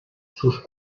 sus